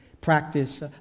practice